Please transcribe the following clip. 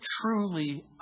truly